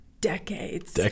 Decades